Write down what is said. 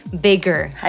bigger